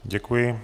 Děkuji.